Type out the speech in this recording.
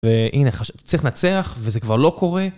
והנה, צריך לנצח, וזה כבר לא קורה.